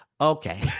Okay